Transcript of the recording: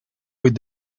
with